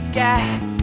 gas